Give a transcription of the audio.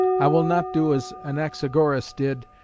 i will not do as anaxagoras did,